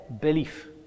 belief